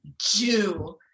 jew